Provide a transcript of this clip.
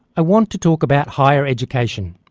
i want to talk about higher education,